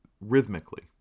rhythmically